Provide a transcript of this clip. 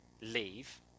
leave